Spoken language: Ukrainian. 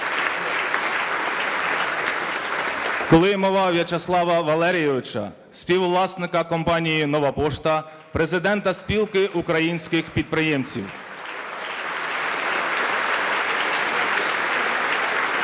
Климова Вячеслава Валерійовича, співвласника компанії "Нова пошта", президента Спілки українських підприємців (Оплески)